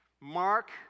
Mark